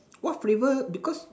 what flavour because